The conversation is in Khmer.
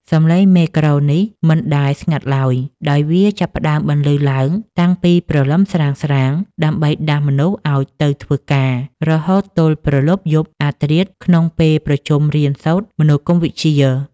សំឡេងមេក្រូនេះមិនដែលស្ងាត់ឡើយ ដោយវាចាប់ផ្ដើមបន្លឺឡើងតាំងពីព្រលឹមស្រាងៗដើម្បីដាស់មនុស្សឱ្យទៅធ្វើការ រហូតទល់ព្រលប់យប់អាធ្រាត្រក្នុងពេលប្រជុំរៀនសូត្រមនោគមវិជ្ជា។